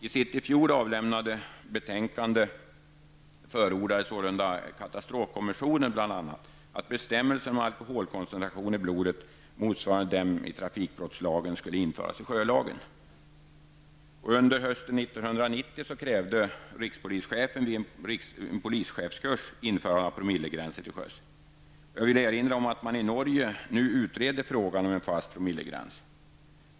I sitt i fjol avlämnade betänkande förordade sålunda katastrofkommissionen bl.a. att bestämmelser om alkoholkoncentrationen i blodet motsvarande dem i trafikbrottslagen skulle införas i sjölagen. Under hösten 1990 krävde rikspolischefen vid en polischefskurs införande av promillegränser till sjöss. Jag vill erinra om att man i Norge nu utreder frågan om en fast promillegräns.